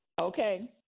Okay